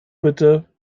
bitte